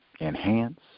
enhance